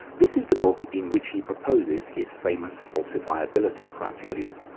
this is the book in which he proposes his famous falsifiability criterion,